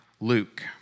Luke